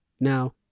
Now